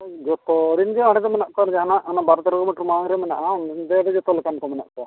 ᱡᱚᱛᱚ ᱨᱮᱱ ᱜᱮ ᱚᱸᱰᱮ ᱫᱚ ᱢᱮᱱᱟᱜ ᱠᱚᱣᱟ ᱡᱟᱦᱟᱱᱟᱜ ᱚᱱᱟ ᱵᱟᱨᱳ ᱛᱮᱨᱳ ᱠᱤᱞᱳᱢᱤᱴᱟᱨ ᱢᱟᱲᱟᱝ ᱨᱮ ᱢᱮᱱᱟᱜᱼᱟ ᱚᱸᱰᱮ ᱫᱚ ᱡᱚᱛᱚ ᱞᱮᱠᱟᱱ ᱠᱚ ᱢᱮᱱᱟᱜ ᱠᱚᱣᱟ